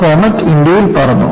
comet ഇന്ത്യയിൽ പറന്നു